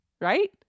right